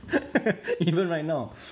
even right now